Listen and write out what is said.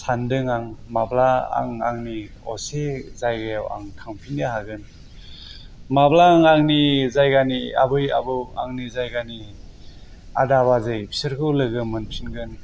सानदों आं माब्ला आं आंनि असे जायगायाव आं थांफिननो हागोन माब्ला आं आंनि जायगानि आबै आबौ आंनि जायगानि आदा बाजै बिसोरखौ लोगो मोनफिनगोन